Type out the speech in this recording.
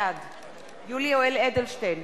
בעד יולי יואל אדלשטיין,